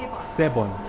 seven?